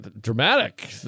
dramatic